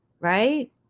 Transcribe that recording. right